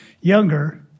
younger